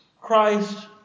Christ